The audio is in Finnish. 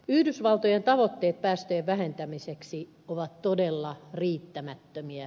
yhdysvaltojen tavoitteet päästöjen vähentämiseksi ovat todella riittämättömiä